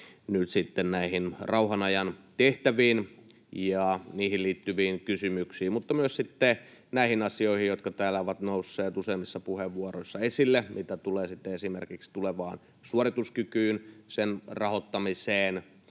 nyt sitten näihin rauhanajan tehtäviin ja niihin liittyviin kysymyksiin mutta sitten myös näihin asioihin, jotka täällä ovat nousseet useimmissa puheenvuoroissa esille, mitä tulee sitten esimerkiksi tulevaan suorituskykyyn, sen rahoittamiseen,